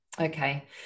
okay